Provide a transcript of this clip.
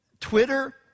Twitter